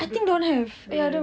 don't don't have